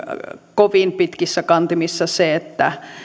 kovin pitkissä kantimissa se että